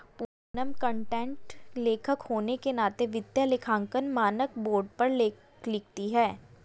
Poonam content लेखक होने के नाते वित्तीय लेखांकन मानक बोर्ड पर लेख लिखती है